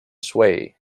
sway